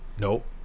nope